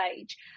age